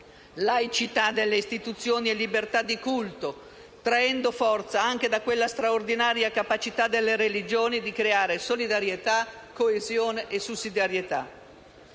laicità delle istituzioni e libertà di culto, traendo forza anche dalla straordinaria capacità delle religioni di creare solidarietà, coesione e sussidiarietà.